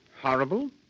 Horrible